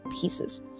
pieces